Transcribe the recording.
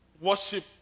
worship